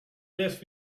left